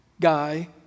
guy